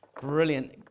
brilliant